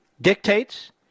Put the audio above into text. dictates